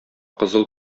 кызыл